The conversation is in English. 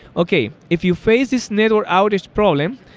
okay. if you face this network outage problem,